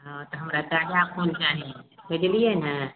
हाँ तऽ हमरा ताजा फूल चाही बुझलियै ने